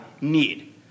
need